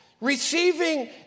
receiving